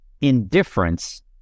indifference